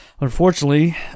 Unfortunately